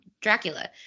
Dracula